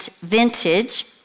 vintage